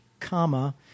comma